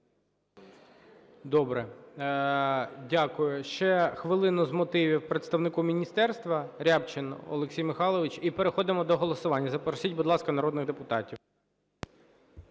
Добре. Дякую. Ще хвилину з мотивів - представнику міністерства. Рябчин Олексій Михайлович. І переходимо до голосування. Запросіть, будь ласка, народних депутатів.